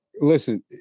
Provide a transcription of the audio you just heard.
Listen